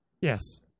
Yes